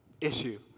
issue